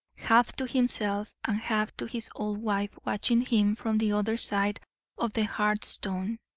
half to himself and half to his old wife watching him from the other side of the hearthstone.